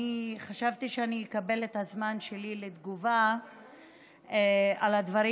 אני חשבתי שאני אקבל את הזמן שלי לתגובה על הדברים